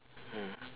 mm